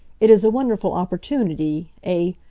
it is a wonderful opportunity, a